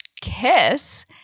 kiss